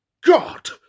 God